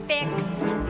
Fixed